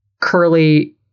curly